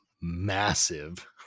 massive